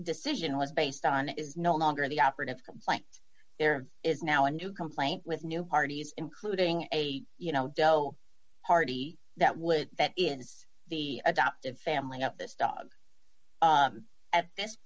decision was based on is no longer the operative complaint there is now a new complaint with new parties including a you know though party that would that is the adoptive family of this dog at this